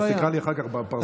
אז תקרא לי אחר כך בפרסה.